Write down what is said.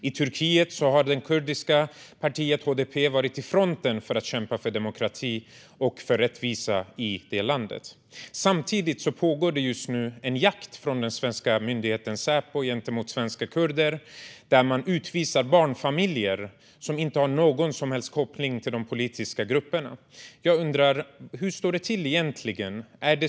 I Turkiet har det kurdiska partiet HDP varit i fronten för att kämpa för demokrati och rättvisa i landet. Samtidigt pågår just nu en jakt från den svenska myndigheten Säpo mot svenska kurder där man utvisar barnfamiljer som inte har någon som helst koppling till de politiska grupperna. Hur står det egentligen till?